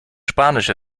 spanisch